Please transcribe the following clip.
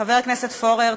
חבר הכנסת פורר,